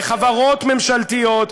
בחברות ממשלתיות,